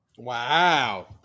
Wow